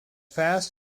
fast